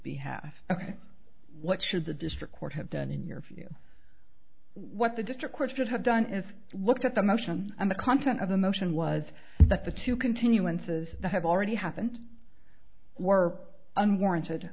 behalf what should the district court have done in your view what the district court should have done is looked at the motion and the content of the motion was that the two continuances that have already happened were unwarranted